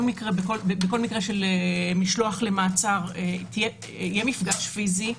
מקרה של משלוח למעצר יהיה מפגש פיזי,